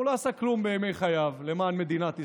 הוא לא עשה כלום בימי חייו למען מדינת ישראל,